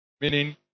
Meaning